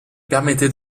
permettait